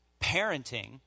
Parenting